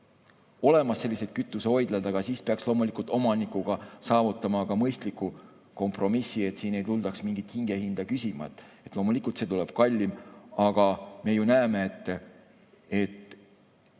on sellised kütusehoidlad olemas, aga siis peaks loomulikult omanikuga saavutama mõistliku kompromissi, et ei tuldaks mingit hingehinda küsima. Loomulikult tuleb see kallim, aga me ju näeme just